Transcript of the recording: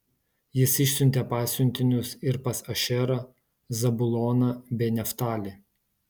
jis išsiuntė pasiuntinius ir pas ašerą zabuloną bei neftalį